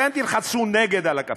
אתם תלחצו נגד, על הכפתור.